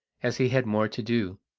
as he had more to do.